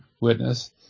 witness